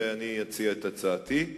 ואציע את הצעתי.